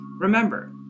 Remember